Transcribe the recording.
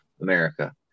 America